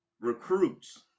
recruits